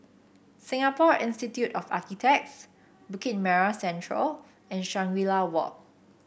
Singapore Institute of Architects Bukit Merah Central and Shangri La Walk